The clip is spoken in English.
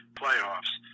playoffs